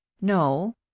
no